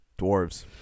Dwarves